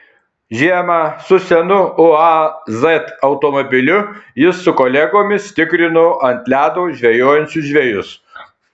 žiemą su senu uaz automobiliu jis su kolegomis tikrino ant ledo žvejojančius žvejus